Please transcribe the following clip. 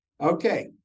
Okay